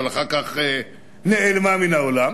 אבל אחר כך היא נעלמה מן האולם